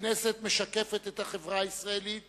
הכנסת משקפת את החברה הישראלית